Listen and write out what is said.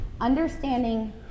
Understanding